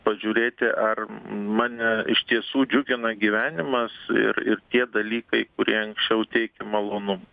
pažiūrėti ar mane iš tiesų džiugina gyvenimas ir ir tie dalykai kurie anksčiau teikė malonumą